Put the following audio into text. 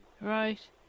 right